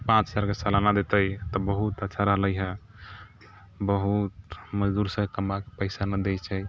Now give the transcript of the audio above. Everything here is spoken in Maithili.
पाँच हजारके सालाना देतै तऽ बहुत अच्छा रहलै हँ बहुत मजदूर से कमबाके पैसा नहि दै छै